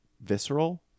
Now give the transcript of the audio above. visceral